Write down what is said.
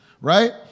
right